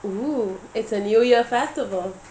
oo it's a new year festival